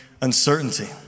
uncertainty